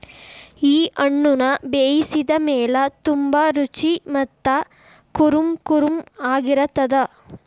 ಈ ಹಣ್ಣುನ ಬೇಯಿಸಿದ ಮೇಲ ತುಂಬಾ ರುಚಿ ಮತ್ತ ಕುರುಂಕುರುಂ ಆಗಿರತ್ತದ